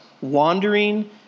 wandering